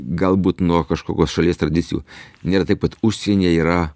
galbūt nuo kažkokios šalies tradicijų nėra taip kad užsienyje yra